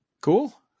Cool